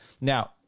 now